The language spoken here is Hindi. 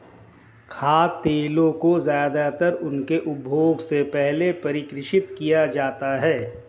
खाद्य तेलों को ज्यादातर उनके उपभोग से पहले परिष्कृत किया जाता है